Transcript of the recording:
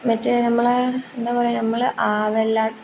മറ്റേ നമ്മളെ എന്താ പറയുക നമ്മൾ ആവെല്ലാ